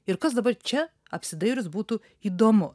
ir kas dabar čia apsidairius būtų įdomu